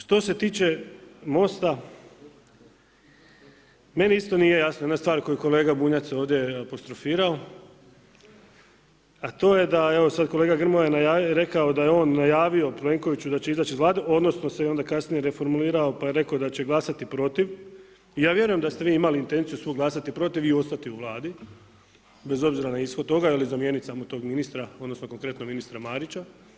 Što se tiče MOST-a, meni isto nije jasna jedna stvar koju je kolega Bunjac ovdje apostrofirao, a to je da evo sad kolega Grmoja je rekao da je on najavio Plenkoviću da će izać iz Vlade, odnosno se kasnije reformulirao pa je rekao da će glasati protiv, ja vjerujem da ste imali intenciju svu glasati protiv i ostati u Vladi, bez obzira na ishod toga ili zamijenit samo tog ministra, odnosno konkretno ministra Marića.